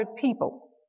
people